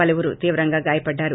పలువురు తీవ్రంగా గాయపడ్డారు